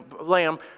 lamb